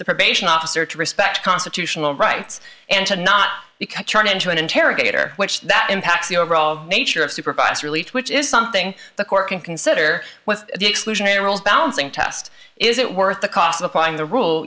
the probation officer to respect constitutional rights and to not become turned into an interrogator which that impacts the overall nature of supervised release which is something the court can consider with the exclusionary rules balancing test is it worth the cost of applying the rule